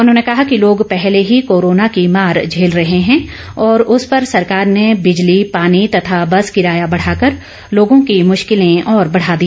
उन्होंने कहा कि लोग पहले की कोरोना की मार झेल रहे हैं और उस पर सरकार ने बिजली पानी तथा बस किराया बढ़ाकर लोगों की मुश्किलें और बढ़ा दी हैं